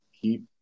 keep